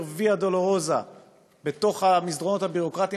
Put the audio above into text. ויה דולורוזה במסדרונות הביורוקרטיים,